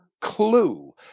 clue